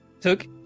took